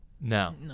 No